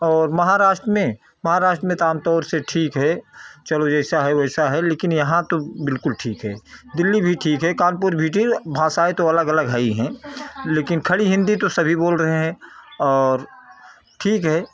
और महाराष्ट्र में महाराष्ट्र में आमतौर से ठीक है चलो जैसा है वैसा है लेकिन यहाँ तो बिल्कुल ठीक है दिल्ली भी ठीक है कानपुर भी ठीक भाषाएँ तो अलग अलग हैं ही हैं लेकिन खड़ी हिंदी तो सभी बोल रहे हैं और ठीक है